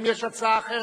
האם יש הצעה אחרת?